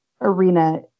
arena